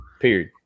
period